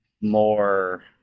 more